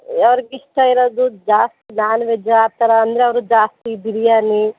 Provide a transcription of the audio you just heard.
ಆ ಅವ್ರ್ಗೆ ಇಷ್ಟ ಇರೋದು ಜಾಸ್ತಿ ನಾನ್ ವೆಜ್ಜು ಆ ಥರ ಅಂದರೆ ಅವರು ಜಾಸ್ತಿ ಬಿರಿಯಾನಿ